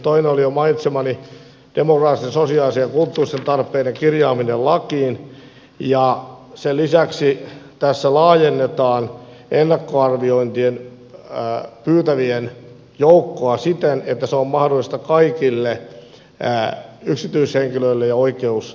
toinen oli jo mainitsemani demokraattisten sosiaalisten ja kulttuuristen tarpeiden kirjaaminen lakiin ja sen lisäksi tässä laajennetaan ennakkoarviointia pyytävien joukkoa siten että se on mahdollista kaikille yksityishenkilöille ja oikeushenkilöille